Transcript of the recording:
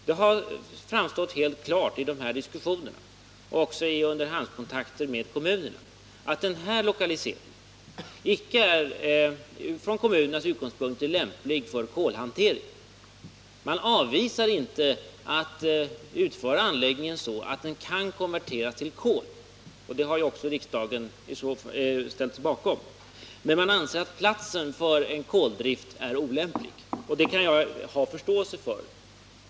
Det har framstått helt klart i de här diskussionerna, och även i underhandskontakter med kommunerna, att den här lokaliseringen från kommunernas utgångspunkter icke är lämplig för kolhantering. Man avvisar inte förslaget att utföra anläggningen så att den konverteras till kol, vilket även riksdagen ställt sig bakom. Men man anser att platsen är olämplig för koldrift, och det kan jag ha förståelse för.